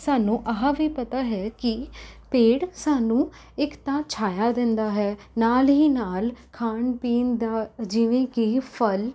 ਸਾਨੂੰ ਆਹਾ ਵੀ ਪਤਾ ਹੈ ਕਿ ਪੇੜ ਸਾਨੂੰ ਇੱਕ ਤਾਂ ਛਾਇਆ ਦਿੰਦਾ ਹੈ ਨਾਲ ਹੀ ਨਾਲ ਖਾਣ ਪੀਣ ਦਾ ਜਿਵੇਂ ਕਿ ਫ਼ਲ